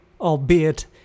albeit